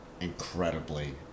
incredibly